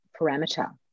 parameter